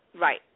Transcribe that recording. Right